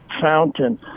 fountain